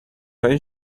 های